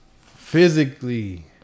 Physically